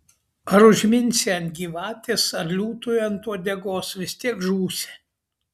ar užminsi ant gyvatės ar liūtui ant uodegos vis tiek žūsi